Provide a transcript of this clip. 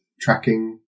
tracking